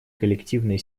коллективные